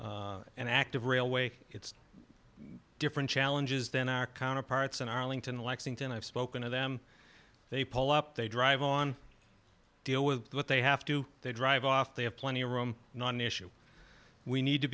have an active railway it's different challenges than our counterparts in arlington lexington i've spoken to them they pull up they drive on deal with what they have to they drive off they have plenty of room not an issue we need to